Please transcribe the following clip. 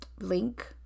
Link